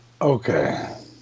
Okay